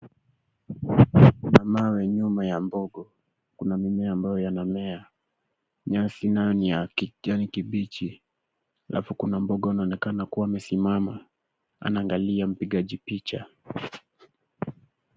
Kuna mawe nyuma ya mbogo, kuna mimea ambayo inamea, nyasi nayo ni ya kujani kibichi kisha kuna mbogo anaonekana kuwa amesimama anaangalia mpigaji picha.